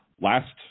Last